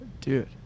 Dude